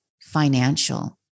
financial